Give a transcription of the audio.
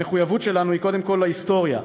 המחויבות שלנו היא קודם כול להיסטוריה,